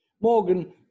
Morgan